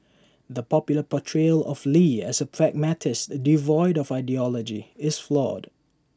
the popular portrayal of lee as A pragmatist devoid of ideology is flawed